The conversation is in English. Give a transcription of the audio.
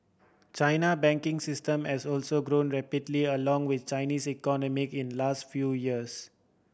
China banking system has also grown rapidly along with Chinese economy in last few years